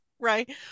right